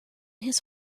his